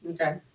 okay